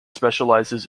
specializes